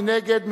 מי נגד?